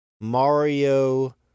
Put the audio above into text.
Mario